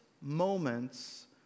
moments